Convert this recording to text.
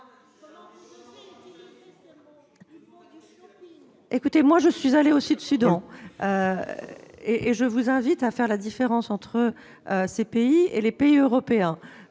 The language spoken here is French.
Italie ? Je suis allée au Soudan du Sud, et je vous invite à faire la différence entre ces pays et les pays européens.